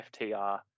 FTR